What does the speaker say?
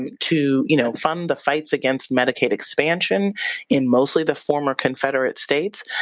and to you know fund the fights against medicaid expansion in mostly the former confederate states.